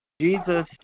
Jesus